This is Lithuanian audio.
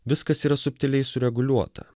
viskas yra subtiliai sureguliuota